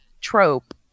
trope